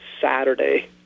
Saturday